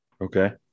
okay